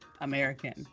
American